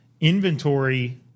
inventory